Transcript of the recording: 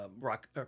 rock